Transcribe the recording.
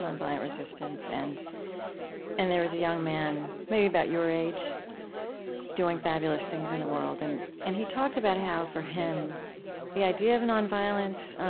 non-violent resistance, and and there was a young man maybe about your age doing fabulous things in the world. and and he talked about how for him the idea of non-violence,